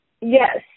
Yes